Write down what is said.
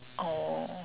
oh